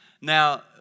Now